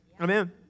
Amen